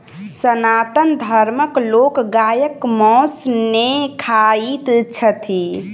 सनातन धर्मक लोक गायक मौस नै खाइत छथि